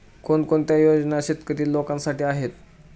कोणकोणत्या योजना शेतकरी लोकांसाठी आहेत?